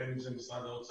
בין אם זה משרד האוצר,